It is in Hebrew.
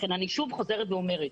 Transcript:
לכן אני שוב חוזרת ואומרת,